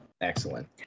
Excellent